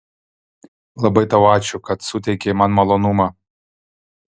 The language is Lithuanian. labai tau ačiū kad suteikei man malonumą